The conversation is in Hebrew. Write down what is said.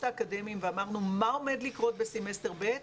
האקדמיים ואמרנו מה עומד לקרות בסמסטר ב',